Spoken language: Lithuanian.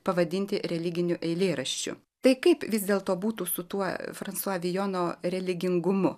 pavadinti religiniu eilėraščiu tai kaip vis dėlto būtų su tuo fransua vijono religingumu